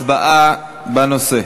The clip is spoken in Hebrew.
הצבעה בנושא.